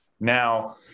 Now